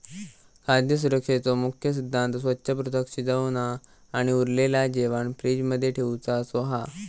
खाद्य सुरक्षेचो मुख्य सिद्धांत स्वच्छ, पृथक, शिजवना आणि उरलेला जेवाण फ्रिज मध्ये ठेउचा असो हा